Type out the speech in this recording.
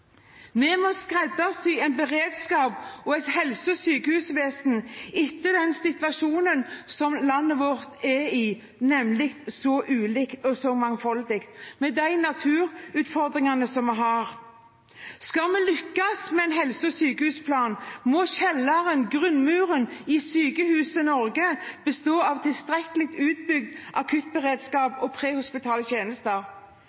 Vi må skreddersy en beredskap og et helse- og sykehusvesen etter den situasjonen som landet vårt er i – så ulikt og mangfoldig – med de naturutfordringene vi har. Skal vi lykkes med en helse- og sykehusplan, må kjelleren, grunnmuren, i Sykehus-Norge bestå av tilstrekkelig utbygd akuttberedskap og prehospitale tjenester.